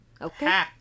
Okay